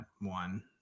one